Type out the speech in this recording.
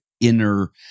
inner